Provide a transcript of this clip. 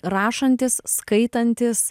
rašantis skaitantis